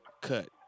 cut